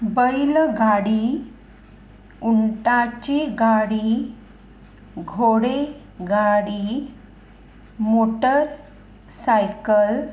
बैल गाडी उंटाची गाडी घोडे गाडी मोटरसायकल